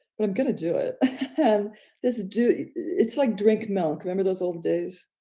but i'm going to do it. and this dude, it's like drink milk. remember those old days?